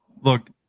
Look